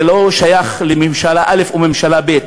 זה לא שייך לממשלה א' או ממשלה ב',